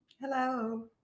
Hello